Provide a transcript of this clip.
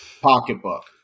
pocketbook